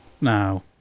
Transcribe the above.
Now